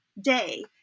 day